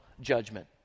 judgment